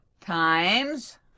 Times